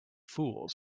fools